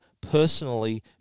personally